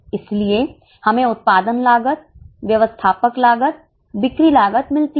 इसलिए हमें उत्पादन लागत व्यवस्थापक लागत बिक्री लागत मिलती है